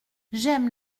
j’aime